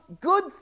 good